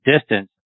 distance